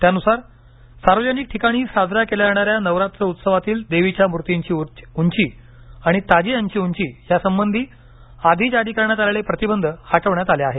त्यानुसार सार्वजनिक ठिकाणी साजऱ्या केल्या जाणाऱ्या नवरात्र उत्सवातील देवीच्या मूर्तीची ऊंची आणि ताजियाची ऊंची यासंबंधी आधी जारी करण्यात आलेले प्रतिबंध हटवण्यात आले आहेत